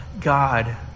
God